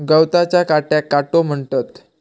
गवताच्या काट्याक काटो म्हणतत